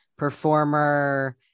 performer